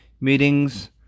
Meetings